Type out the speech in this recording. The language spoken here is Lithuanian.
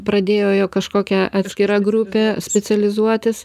pradėjo jau kažkokia atskira grupė specializuotis